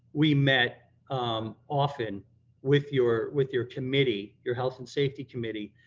we met often with your with your committee, your health and safety committee,